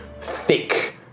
thick